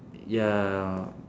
ya